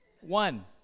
one